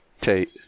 Tate